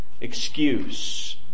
excuse